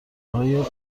های